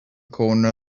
corner